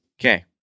Okay